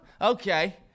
Okay